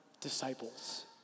disciples